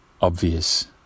obvious